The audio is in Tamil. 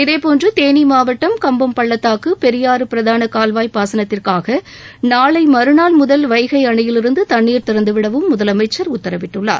இதேபோன்று தேனி மாவட்டம் கம்பம் பள்ளத்தாக்கு பெரியாறு பிரதான கால்வாய் பாசனத்திற்காக நாளை மறுநாள் முதல் வைகை அணையில் இருந்து தண்ணீர் திறந்துவிடவும் முதலமைச்சர் உத்தரவிட்டுள்ளார்